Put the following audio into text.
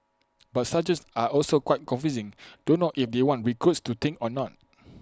but sergeants are also quite confusing don't know if they want recruits to think or not